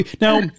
Now